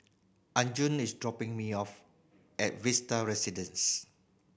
Arjun is dropping me off at Vista Residence